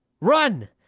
run